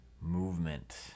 Movement